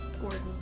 Gordon